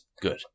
good